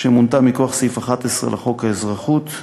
שמונתה מכוח סעיף 11 לחוק האזרחות.